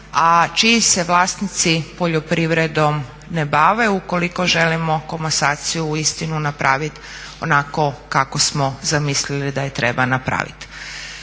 a čiji se vlasnici poljoprivredom ne bave ukoliko želimo komasaciju uistinu napravit onako kako smo zamislili da je treba napraviti.